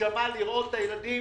לראות את הילדים